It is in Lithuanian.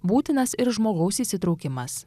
būtinas ir žmogaus įsitraukimas